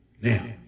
Now